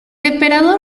emperador